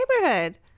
neighborhood